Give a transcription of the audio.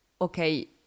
okay